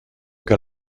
cas